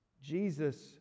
Jesus